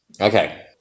Okay